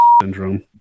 syndrome